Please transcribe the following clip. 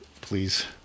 please